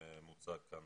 שמוצגים כאן